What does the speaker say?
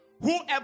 Whoever